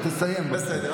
תסיים, בבקשה.